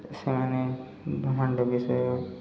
ସେମାନେ ବ୍ରହ୍ମାଣ୍ଡ ବିଷୟ